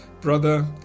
brother